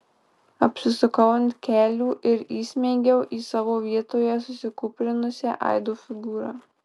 apsisukau ant kelių ir įsmeigiau į savo vietoje susikūprinusią aido figūrą